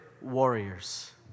warriors